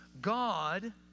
God